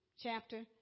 chapter